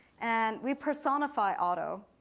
and we personify otto.